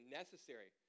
necessary